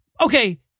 okay